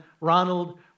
Ronald